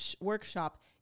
workshop